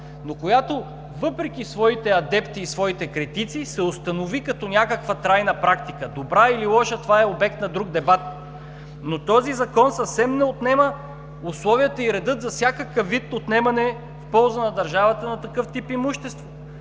но която, въпреки своите адепти и своите критици, се установи като някаква трайна практика – добра или лоша, това е обект на друг дебат. Но този Закон съвсем не отнема условията и реда за всякакъв вид отнемане в полза на държавата на такъв тип имущество.